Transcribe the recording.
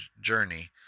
journey